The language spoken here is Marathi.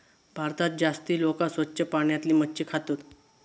भारतात जास्ती लोका स्वच्छ पाण्यातली मच्छी खातत